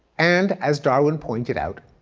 and as darwin pointed out,